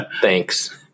Thanks